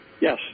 Yes